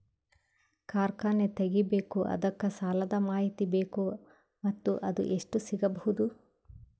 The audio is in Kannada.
ಕಾರ್ಖಾನೆ ತಗಿಬೇಕು ಅದಕ್ಕ ಸಾಲಾದ ಮಾಹಿತಿ ಬೇಕು ಮತ್ತ ಅದು ಎಷ್ಟು ಸಿಗಬಹುದು?